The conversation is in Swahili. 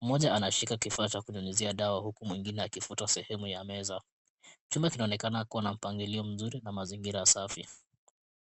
Mmoja anashika kifaa cha kunyunyizia dawa huku mwingine akifuta sehemu ya meza. Chumba kinaonekana kuwa na mpangilio mzuri na mazingira safi.